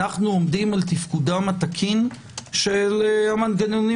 אנו עומדים על תפקודם התקין של המנגנונים